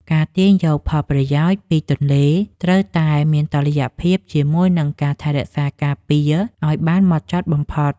ការទាញយកផលប្រយោជន៍ពីទន្លេត្រូវតែមានតុល្យភាពជាមួយនឹងការថែរក្សាការពារឱ្យបានម៉ត់ចត់បំផុត។